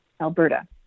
Alberta